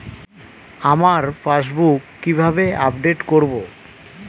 আমার পাসবুক কিভাবে আপডেট করবো?